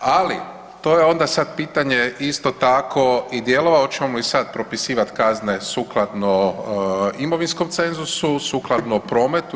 Ali to je onda sad pitanje isto tako i dijelova hoćemo li sad propisivati kazne sukladno imovinskom cenzusu, sukladno prometu.